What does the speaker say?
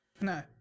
No